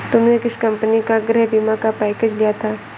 तुमने किस कंपनी का गृह बीमा का पैकेज लिया था?